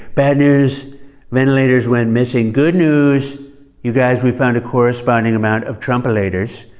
bad news ventilators went missing. good news you guys, we found a corresponding amount of trump-olators,